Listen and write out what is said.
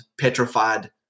petrified